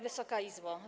Wysoka Izbo!